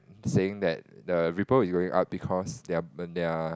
saying that the people you going out because they're when they're